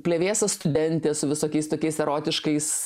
plevėsa studentė su visokiais tokiais erotiškais